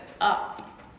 up